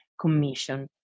Commission